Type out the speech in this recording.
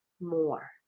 more